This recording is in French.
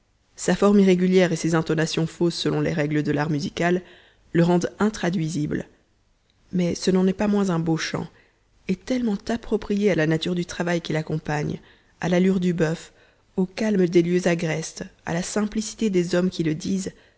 sa forme irrégulière et ses intonations fausses selon les règles de l'art musical le rendent intraduisible mais ce n'en est pas moins un beau chant et tellement approprié à la nature du travail qu'il accompagne à l'allure du buf au calme des lieux agrestes à la simplicité des hommes qui le disent